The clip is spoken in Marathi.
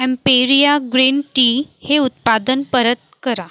ॲम्पेरिया ग्रीन टी हे उत्पादन परत करा